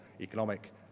economic